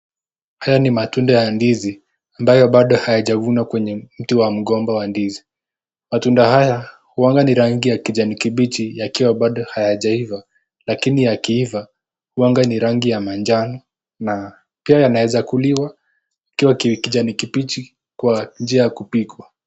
Haya ni matunda ya ndizi ambayo bado hayajavunwa kwenye mti wa mgomba wa ndizi. Matunda haya huwa ni rangi ya kijani kibichi yakiwa bado hayajaiva lakini yakiiva huwa ni rangi ya manjano na pia yanaweza kuliwa ikiwa kijani kibichi kwa njia ya kupikwa.